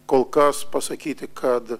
kol kas pasakyti kad